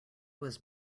was